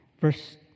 Verse